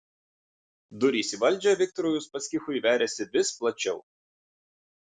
durys į valdžią viktorui uspaskichui veriasi vis plačiau